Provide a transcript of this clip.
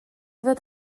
ddod